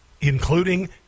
including